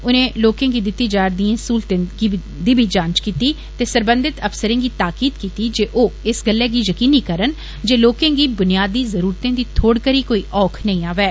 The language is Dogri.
उनें लोकें गी दिती जारदिएं सहूलतें दी बी जांच कीती ते सरबंधित अफसरें गी ताकिद कीती जे ओ इस गल्लै गी यकीनी करन जे लोकें गी बुनियादी ज़रूरतें दी थोड़ करी कोई औख नेंई आवै